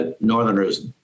Northerners